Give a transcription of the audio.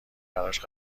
براش